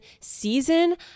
season